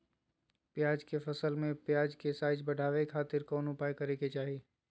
प्याज के फसल में प्याज के साइज बढ़ावे खातिर कौन उपाय करे के चाही?